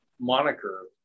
moniker